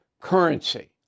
currency